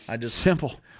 Simple